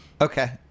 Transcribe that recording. Okay